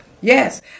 Yes